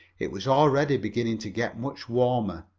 it was already beginning to get much warmer,